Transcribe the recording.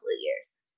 years